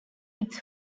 its